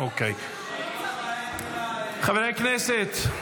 חברי הכנסת,